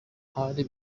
hari